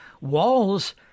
Walls